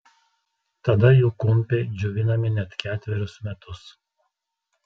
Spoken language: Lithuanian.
tada jų kumpiai džiovinami net ketverius metus